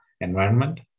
environment